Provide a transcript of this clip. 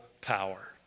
power